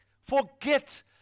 forget